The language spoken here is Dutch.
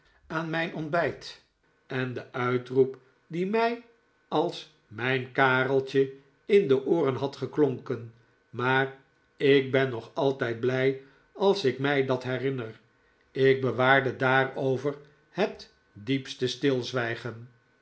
aan mijn ontbijt en den uitroep die mij als mijn kareltje in de ooren had geklonken maar ik ben nog altijd blij als ik mij dat herinner ik bewaarde daarover het diepste stilzwijgen